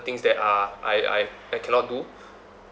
things that are I I I cannot do